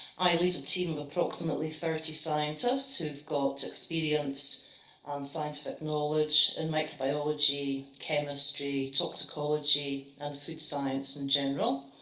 i lead a team of approximately thirty scientists who've got experience and scientific knowledge in microbiology, chemistry, toxicology, and food science in general.